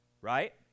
right